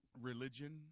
religion